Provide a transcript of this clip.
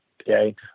okay